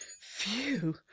phew